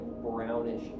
brownish